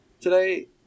today